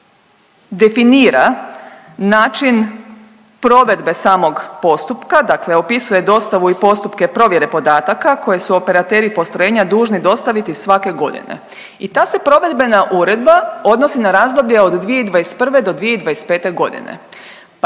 koja definira način provedbe samog postupka, dakle opisuje dostavu i postupke provjere podataka koje su operateri postrojenja dužni dostaviti svake godine i ta se provedbena uredba odnosi na razdoblje od 2021. do 2025. godine